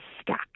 stuck